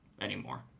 anymore